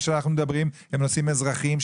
שאנחנו מדברים עליהם הם נושאים אזרחיים,